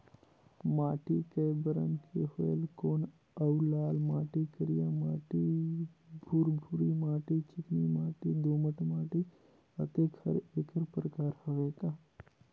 माटी कये बरन के होयल कौन अउ लाल माटी, करिया माटी, भुरभुरी माटी, चिकनी माटी, दोमट माटी, अतेक हर एकर प्रकार हवे का?